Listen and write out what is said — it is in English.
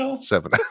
seven